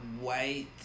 white